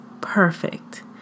perfect